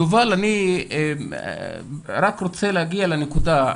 יובל, אני רק רוצה להגיע לנקודה.